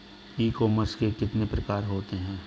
ई commerce के कितने प्रकार होते हैं?